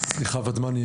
סליחה ודמני,